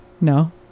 No